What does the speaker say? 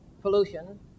pollution